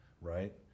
right